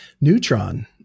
Neutron